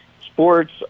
sports